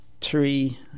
three